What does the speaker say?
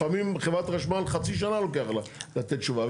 לפעמים חברת החשמל חצי שנה לוקח לה לתת תשובה.